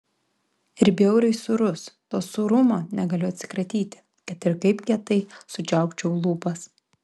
ir bjauriai sūrus to sūrumo negaliu atsikratyti kad ir kaip kietai sučiaupčiau lūpas